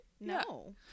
no